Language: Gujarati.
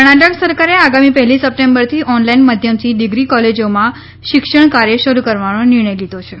કર્ણાટક સરકારે આગામી પહેલી સપ્ટેમ્બરથી ઓનલાઇન માધ્યમથી ડિગ્રી કોલેજોમાં શિક્ષણ કાર્ય શરૂ કરવાનો નિર્ણય લીધો છે